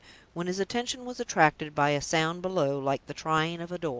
when his attention was attracted by a sound below like the trying of a door.